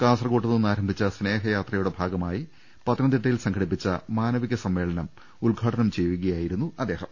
കാസർകോട്ടു നിന്നും ആരംഭിച്ച സ്നേഹയാത്രയുടെ ഭാഗമായി പത്തനംതിട്ടയിൽ സംഘ ടിപ്പിച്ച മാനവിക സമ്മേളനം ഉദ്ഘാടനം ചെയ്യുകയായിരുന്നു അദ്ദേ ഹം